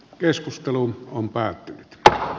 keskusteluun on päätynyt taa